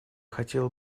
хотела